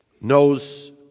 knows